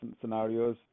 scenarios